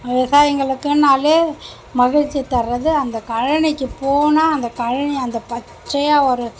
விவசாயிகளுக்குன்னாலே மகிழ்ச்சி தர்றது அந்த கழனிக்கு போனால் அந்த கழனி அந்த பச்சையாக ஒரு